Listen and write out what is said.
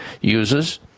uses